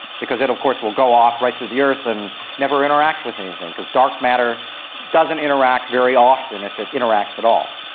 because it of course will go off right through the earth and never interact with anything because dark matter doesn't interact very often, if it interacts at all.